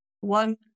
One